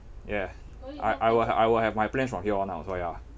yeah I I will I will have my plans from here on ah so ya